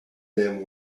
them